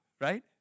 right